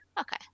okay